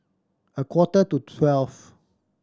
a quarter to twelve